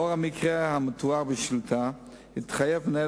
לאור המקרה המתואר בשאילתא התחייב מנהל